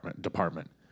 department